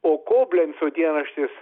o koblenco dienraštis